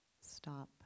stop